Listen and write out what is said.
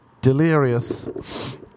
delirious